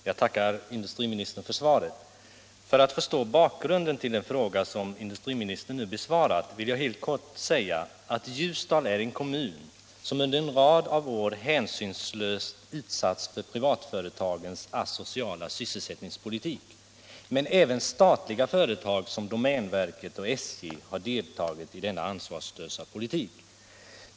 Herr talman! Jag tackar industriministern för svaret. För att förstå bakgrunden till den fråga som herr Åsling nu besvarat vill jag helt kort säga att Ljusdal är en kommun som under en rad av år hänsynslöst utsatts för privatföretagens asociala sysselsättningspolitik. Men även statliga företag som domänverket och SJ har deltagit i denna ansvarslösa politik.